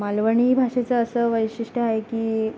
मालवणी भाषेचं असं वैशिष्ट्य आहे की